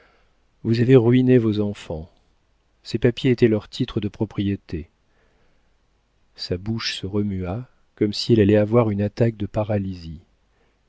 vous avez ruiné vos enfants ces papiers étaient leurs titres de propriété sa bouche se remua comme si elle allait avoir une attaque de paralysie